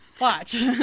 watch